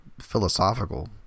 philosophical